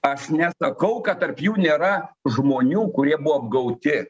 aš nesakau kad tarp jų nėra žmonių kurie buvo gauti